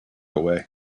away